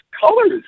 colors